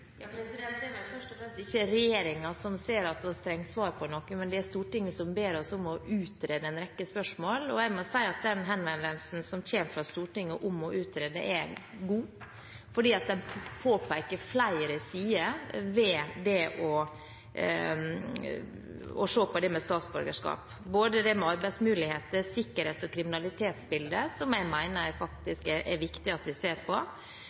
Det er vel ikke først og fremst regjeringen som ser at vi trenger svar på noe, men det er Stortinget som ber oss om å utrede en rekke spørsmål. Jeg må si at den henvendelsen som kommer fra Stortinget om å utrede, er god, fordi den påpeker flere sider ved det å se på statsborgerskap, både det som gjelder arbeidsmuligheter og sikkerhets- og kriminalitetsbildet, som jeg mener faktisk er viktig at vi ser på.